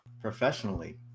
professionally